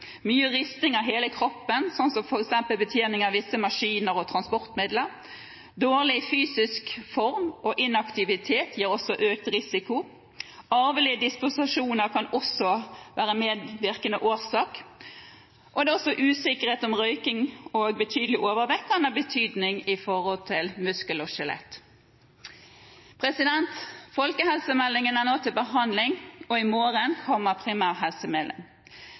mye risting av hele kroppen, f.eks. ved betjening av visse maskiner og transportmidler. Dårlig fysisk form og inaktivitet gir også økt risiko, arvelige disposisjoner kan også være en medvirkende årsak, og det er også usikkerhet om røyking og betydelig overvekt kan ha betydning. Folkehelsemeldingen er nå til behandling, og i morgen kommer primærhelsemeldingen. Vi ser fram til